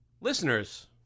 Listeners